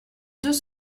deux